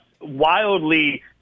wildly